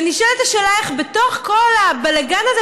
ונשאלת השאלה איך בתוך כל הבלגן הזה